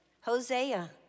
Hosea